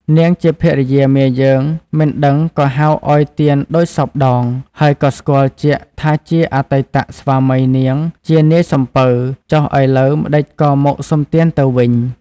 នាងជាភរិយាមាយើងមិនដឹងក៏ហៅឱ្យទានដូចសព្វដង ហើយក៏ស្គាល់ជាក់ថាជាអតីតស្វាមីនាងជានាយសំពៅ ចុះឥឡូវម្តេចក៏មកសុំទានទៅវិញ។